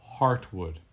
heartwood